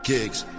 Gigs